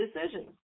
decisions